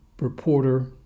Reporter